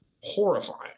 horrifying